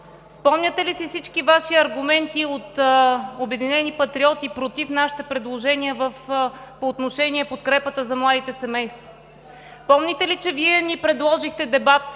Спомняте ли си всички Ваши аргументи от „Обединени патриоти“ против нашите предложения по отношение подкрепата за младите семейства? Помните ли, че Вие ни предложихте дебат,